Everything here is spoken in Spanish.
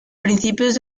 principios